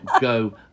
go